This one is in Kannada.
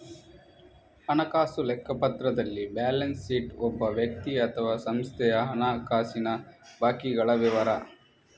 ಹಣಕಾಸು ಲೆಕ್ಕಪತ್ರದಲ್ಲಿ ಬ್ಯಾಲೆನ್ಸ್ ಶೀಟ್ ಒಬ್ಬ ವ್ಯಕ್ತಿ ಅಥವಾ ಸಂಸ್ಥೆಯ ಹಣಕಾಸಿನ ಬಾಕಿಗಳ ವಿವರ